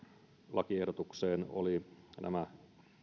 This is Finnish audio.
lakiehdotukseen oli